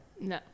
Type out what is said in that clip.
No